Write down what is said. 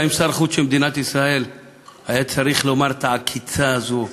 האם שר חוץ של מדינת ישראל היה צריך לומר את העקיצה הזאת,